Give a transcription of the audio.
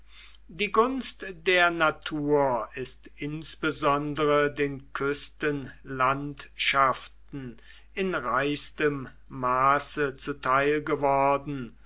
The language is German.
die gunst der natur ist insbesondere den küstenlandschaften in reichstem maße zuteil geworden